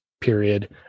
period